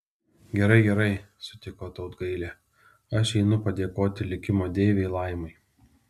gerai gerai sutiko tautgailė aš einu padėkoti likimo deivei laimai